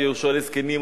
ויהושע לזקנים,